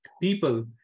people